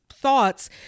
Thoughts